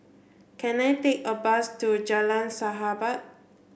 can I take a bus to Jalan Sahabat